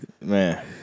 Man